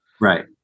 Right